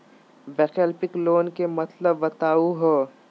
वैकल्पिक लोन के मतलब बताहु हो?